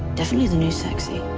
definitely the new sexy.